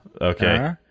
okay